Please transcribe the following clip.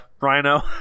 Rhino